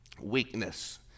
weakness